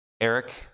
Eric